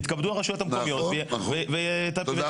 יתכבדו הרשויות המקומיות ויטפלו בזה.